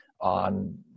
on